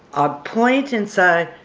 ah point and say,